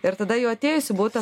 ir tada jau atėjus į butą